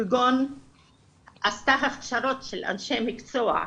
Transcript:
כגון עשתה הכשרות של אנשי מקצוע.